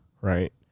right